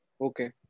okay